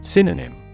Synonym